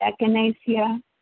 echinacea